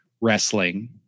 wrestling